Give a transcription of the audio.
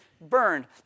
Burned